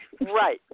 Right